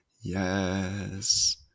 Yes